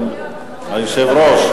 היושב-ראש,